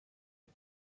but